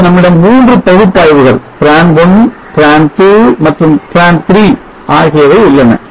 இப்போது நம்மிடம் 3 பகுப்பாய்வுகள் tran one tran two மற்றும் tran three ஆகியவை உள்ளன